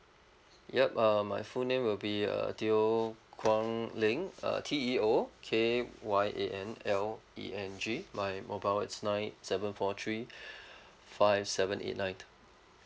yup uh my full name will be uh teo kyan leng uh T E O K Y A N L E N G my mobile it's nine seven four three five seven eight nine